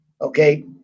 Okay